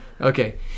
Okay